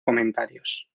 comentarios